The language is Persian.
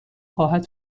خواهد